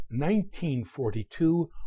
1942